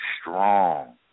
strong